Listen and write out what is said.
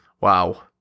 Wow